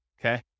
okay